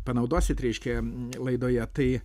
panaudosit reiškia laidoje tai